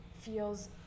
feels